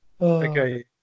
Okay